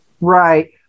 Right